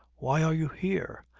why are you here?